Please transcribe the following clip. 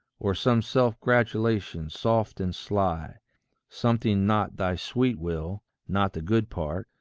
or some self-gratulation, soft and sly something not thy sweet will, not the good part,